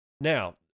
Now